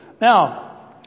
Now